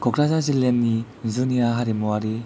कक्राझार जिल्लानि जुनिया हारिमुवारि